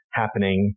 happening